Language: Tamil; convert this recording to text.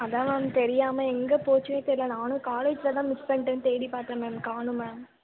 அதுதான் மேம் தெரியாமல் எங்கே போச்சுன்னே தெரியல நானும் காலேஜில் தான் மிஸ் பண்ணிவிட்டேன்னு தேடி பார்த்தேன் மேம் காணோம் மேம்